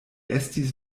estis